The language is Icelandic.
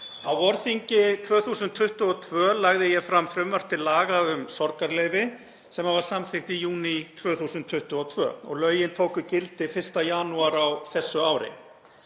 Á vorþingi 2022 lagði ég fram frumvarp til laga um sorgarleyfi sem var samþykkt í júní 2022 og lögin tóku gildi 1. janúar á þessu ári.